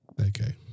okay